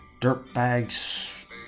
Dirtbags